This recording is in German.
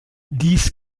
dies